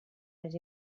més